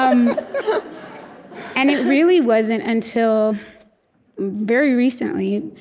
ah and and it really wasn't until very recently,